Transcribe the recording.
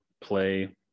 play